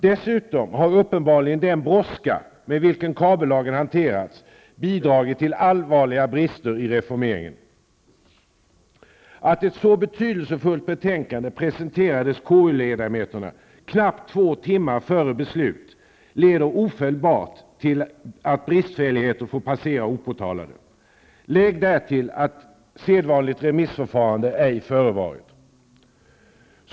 Dessutom har uppenbarligen den brådska med vilken kabellagen hanterats bidragit till allvarliga brister i reformeringen. Att ett så betydelsefullt betänkande presenterades KU-ledamöterna knappt två timmar före utskottets beslut leder ofelbart till att bristfälligheter får passera opåtalade. Lägg därtill att sedvanligt remissförfarande ej förevarit.